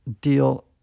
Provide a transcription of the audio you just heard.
deal